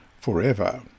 forever